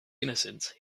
innocence